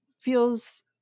feels